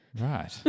Right